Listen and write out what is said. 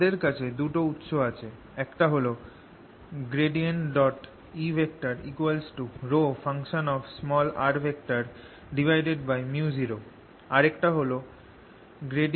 আমাদের কাছে দুটো উৎস আছেঃ একটা হল E ρ0 আরেকটা হল ∂B∂t